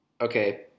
okay